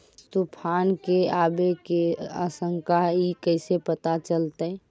तुफान के आबे के आशंका है इस कैसे पता चलतै?